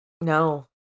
No